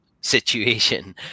situation